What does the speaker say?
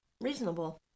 reasonable